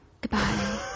Goodbye